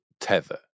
Tether